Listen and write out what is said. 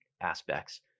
aspects